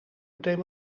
meteen